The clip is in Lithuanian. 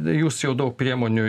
jūs jau daug priemonių